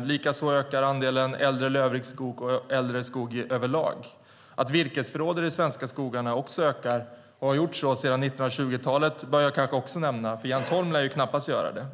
Likaså ökar andelen äldre lövrik skog och äldre skog överlag. Att också virkesförråden i de svenska skogarna ökar och har gjort så sedan 1920-talet bör jag kanske också nämna, för Jens Holm lär ju knappast göra det.